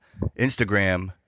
Instagram